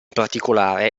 particolare